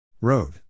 Road